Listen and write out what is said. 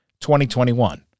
2021